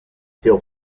feel